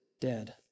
dead